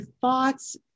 thoughts